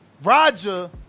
Roger